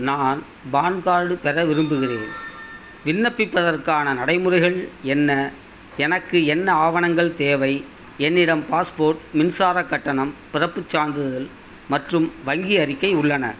நான் PAN card பெற விரும்புகிறேன் விண்ணப்பிப்பதற்கான நடைமுறைகள் என்ன எனக்கு என்ன ஆவணங்கள் தேவை என்னிடம் பாஸ்போர்ட் மின்சாரக் கட்டணம் பிறப்புச் சான்றிதழ் மற்றும் வங்கி அறிக்கை உள்ளன